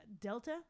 Delta